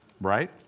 right